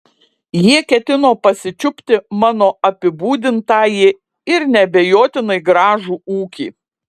jie ketino pasičiupti mano apibūdintąjį ir neabejotinai gražų ūkį